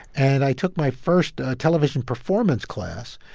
and i took my first television performance class,